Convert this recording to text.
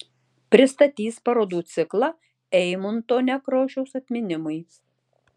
pristatys parodų ciklą eimunto nekrošiaus atminimui